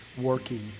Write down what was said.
working